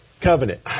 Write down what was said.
covenant